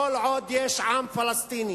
כל עוד יש עם פלסטיני.